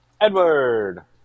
Edward